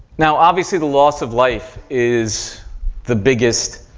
now, obviously, the loss of life is the biggest